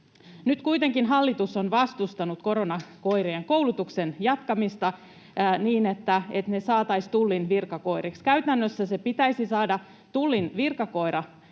Nyt kuitenkin hallitus on vastustanut koronakoirien koulutuksen jatkamista, niin että ne saataisiin Tullin virkakoiriksi. Käytännössä se pitäisi saada Tullin virkakoira